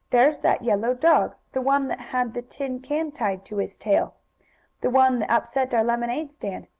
there's that yellow dog the one that had the tin can tied to his tail the one that upset our lemonade stand!